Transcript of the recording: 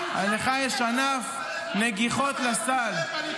לך יש ענף נגיחות לסל.